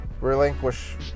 relinquish